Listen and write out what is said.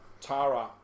Tara